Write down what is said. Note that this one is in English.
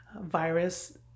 virus